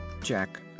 Jack